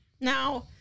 Now